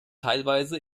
teilweise